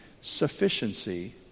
sufficiency